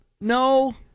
No